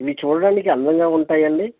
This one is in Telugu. ఇవి చూడటానికి అందంగా ఉంటాయండి